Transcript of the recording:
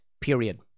period